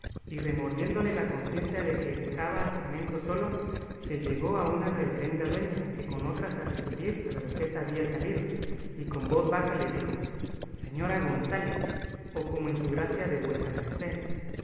y remordiéndole la conciencia de que dejaba al jumento solo se llegó a una reverenda dueña que con otras a recebir a la duquesa había salido y con voz baja le dijo señora gonzález o como es su gracia de vuesa merced